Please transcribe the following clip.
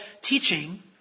teaching